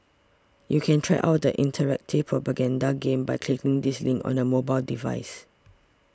you can try out the interactive propaganda game by clicking this link on a mobile device